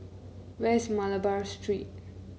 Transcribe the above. where is Malabar Street